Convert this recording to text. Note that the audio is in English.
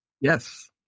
yes